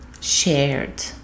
shared